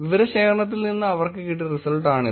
വിവരശേഖരണത്തിൽ നിന്ന് അവർക്ക് കിട്ടിയ റിസൾട്ട് ആണിത്